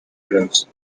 blows